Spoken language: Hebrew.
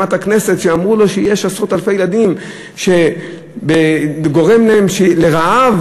שאמרו לו שיש עשרות אלפי ילדים שהוא גורם להם לרעב,